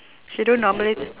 she don't normally